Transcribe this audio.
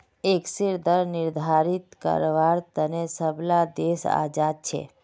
टैक्सेर दर निर्धारित कारवार तने सब ला देश आज़ाद छे